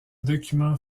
document